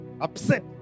upset